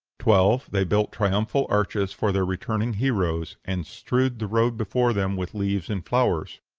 twelve. they built triumphal arches for their returning heroes, and strewed the road before them with leaves and flowers.